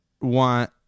want